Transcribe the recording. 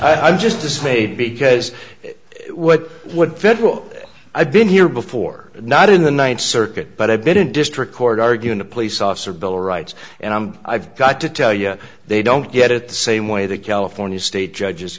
i just dismayed because what what federal i've been here before not in the ninth circuit but i've been in district court arguing a police officer bill of rights and i'm i've got to tell you they don't get it the same way the california state judges